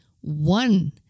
one